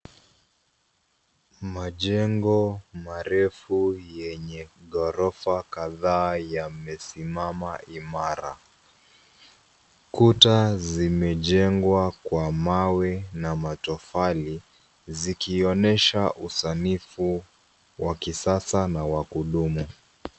Majengo marefu yenye ghorofa kadhaa yamesimama imara. Kuta zimejengwa kwa mawe na matofali zikionyesha usanifu wa kisasa na wa kudumu.